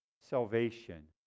salvation